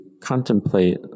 contemplate